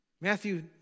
Matthew